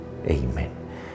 Amen